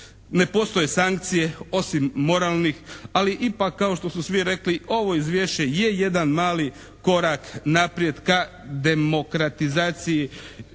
Ne postoje sankcije osim moralnih ali ipak kao što su svi rekli ovo izvješće je jedan mali korak naprijed ka demokratizaciji